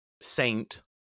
saint